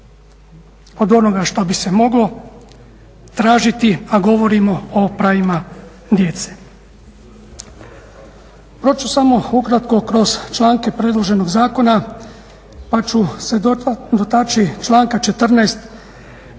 od onoga što bi se moglo tražiti a govorimo o pravima djece. Proći ću samo ukratko kroz članke predloženog zakona pa ću se dotaći članka 14.